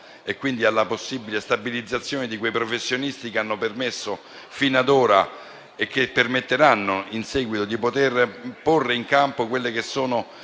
e quindi alla possibile stabilizzazione di quei professionisti che hanno permesso finora e che permetteranno in seguito di porre in campo tutte le